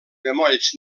bemolls